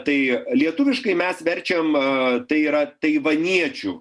tai lietuviškai mes verčiam tai yra taivaniečių